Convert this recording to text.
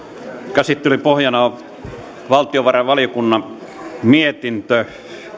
käsittelyn pohjana on valtiovarainvaliokunnan mietintö